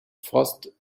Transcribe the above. forced